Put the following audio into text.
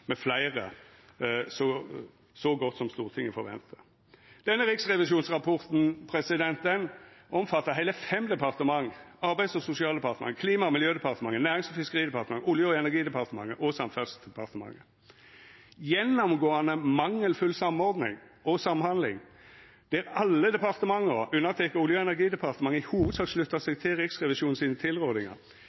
så godt som Stortinget forventar. Denne riksrevisjonsrapporten omfattar heile fem departement: Arbeids- og sosialdepartementet Klima- og miljødepartementet Nærings- og fiskeridepartementet Olje- og energidepartementet Samferdselsdepartementet Gjennomgåande mangelfull samordning og samhandling, der alle departementa, unnateke Olje- og energidepartementet, i hovudsak sluttar seg til